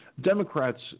Democrats